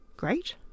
great